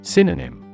Synonym